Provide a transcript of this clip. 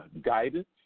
guidance